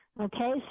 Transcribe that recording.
Okay